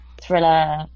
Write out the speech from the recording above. thriller